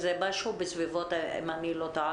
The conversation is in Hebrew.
משהו בסביבות אלפים, אם אני לא טועה.